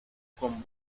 con